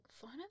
fun